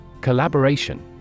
Collaboration